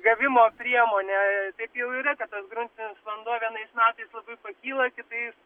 gavimo priemonė taip jau yra kad tas gruntinis vanduo vienais metais labai pakyla kitais